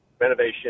renovation